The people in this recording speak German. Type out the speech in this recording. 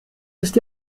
ist